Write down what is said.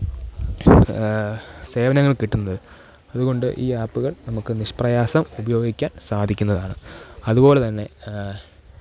സേവനങ്ങൾ കിട്ടുന്നത് അതുകൊണ്ട് ഈ ആപ്പുകൾ നമുക്ക് നിഷ്പ്രയാസം ഉപയോഗിക്കാൻ സാധിക്കുന്നതാണ് അതുപോലെതന്നെ